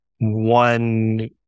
one